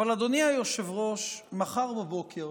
אבל אדוני היושב-ראש, מחר בבוקר